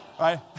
right